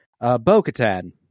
Bo-Katan